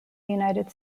united